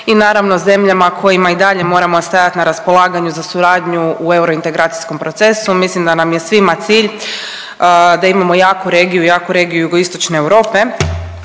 i naravno zemljama kojima i dalje moramo stajati na raspolaganju za suradnju u euro integracijskom procesu. Mislim da nam je svima cilj da imamo jaku regiju, jaku regiju Jugoistočne Europe.